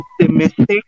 optimistic